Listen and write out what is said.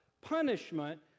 punishment